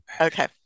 okay